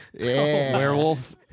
Werewolf